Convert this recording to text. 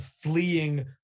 fleeing